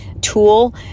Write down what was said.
tool